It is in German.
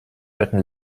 alten